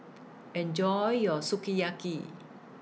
Enjoy your Sukiyaki